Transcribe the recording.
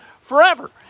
forever